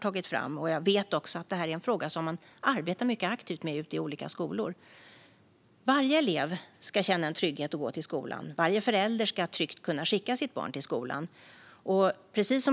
Jag vet också att detta är en fråga som man arbetar mycket aktivt med ute i olika skolor. Varje elev ska känna trygghet i att gå till skolan. Varje förälder ska tryggt kunna skicka sitt barn till skolan.